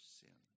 sin